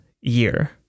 year